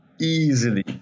easily